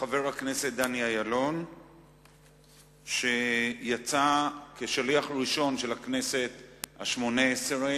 חבר הכנסת דני אילון יצא כשליח ראשון של הכנסת השמונה-עשרה